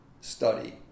study